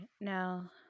now